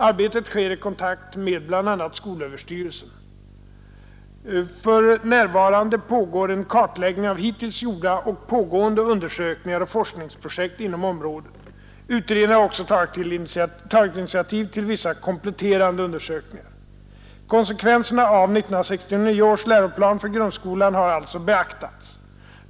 Arbetet sker i kontakt med bl.a. skolöverstyrelsen. För närvarande pågår en kartläggning av hittills gjorda och pågående undersökningar och forskningsprojekt inom området. Utredningen har också tagit initiativ till vissa kompletterande undersökningar. Konsekvenserna av 1969 års läroplan för grundskolan har alltså beaktats.